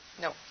No